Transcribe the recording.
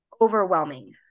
overwhelming